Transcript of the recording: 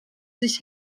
sich